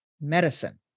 medicine